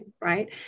right